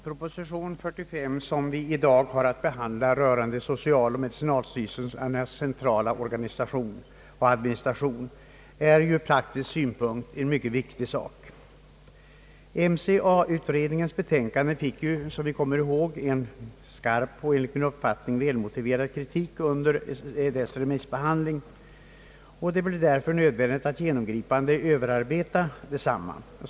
Herr talman! Den proposition rörande socialoch medicinalstyrelsernas centrala administration som vi i dag har att behandla är ur praktisk synpunkt en mycket viktig sak. MCA-utredningens betänkande fick ju som vi kommer ihåg en skarp och enligt min uppfattning välmotiverad kritik under sin remissbehandling. Det blev därför nödvändigt att genomgripande överarbeta betänkandet.